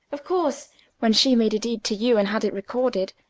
of course when she made a deed to you, and had it recorded,